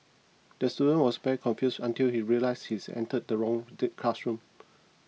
the student was very confused until he realised he is entered the wrong the classroom